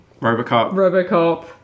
Robocop